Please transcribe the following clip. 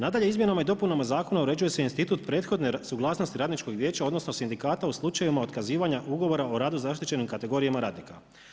Nadalje, izmjenama i dopunama zakona uređuje se institut prethodne suglasnosti Radničkog vijeća, odnosno sindikata u slučajevima otkazivanja ugovora o radu zaštićenim kategorijama radnika.